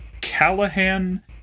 Callahan